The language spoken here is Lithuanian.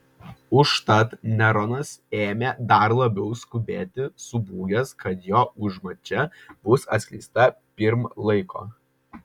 užtat neronas ėmė dar labiau skubėti subūgęs kad jo užmačia bus atskleista pirm laiko